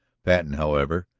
patten, however,